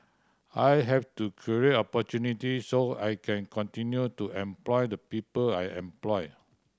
I have to create opportunity so I can continue to employ the people I employ